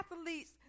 athletes